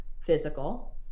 physical